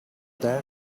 that